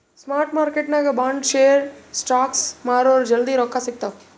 spot ಮಾರ್ಕೆಟ್ನಾಗ್ bond, share, stocks ಮಾರುರ್ ಜಲ್ದಿ ರೊಕ್ಕಾ ಸಿಗ್ತಾವ್